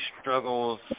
struggles